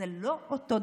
לא לא לא,